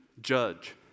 judge